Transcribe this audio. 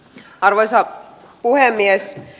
arvoisa puhemies